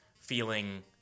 feeling